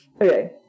Okay